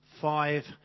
five